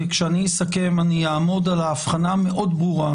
כי כשאסכם אעמוד על האבחנה המאוד ברורה,